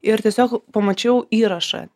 ir tiesiog pamačiau įrašą